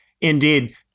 Indeed